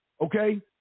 okay